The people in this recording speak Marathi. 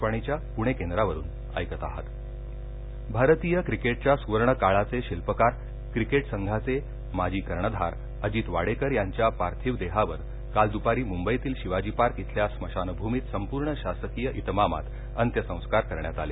वाडेकर भारतीय क्रिकेटच्या सुवर्णकाळाचे शिल्पकार क्रिकेट संघाचे माजी कर्णधार अजित वाडेकर यांच्या पार्थिव देहावर काल दूपारी मुंबईतील शिवाजी पार्क इथल्या स्मशानभूमीत संपूर्ण शासकीय इतमामात अंत्यसंस्कार करण्यात आले